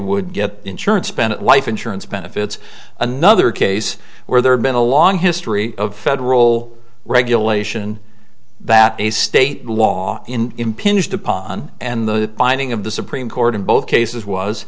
would get insurance spend life insurance benefits another case where there had been a long history of federal regulation that a state law in impinged upon and the finding of the supreme court in both cases was